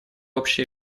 общий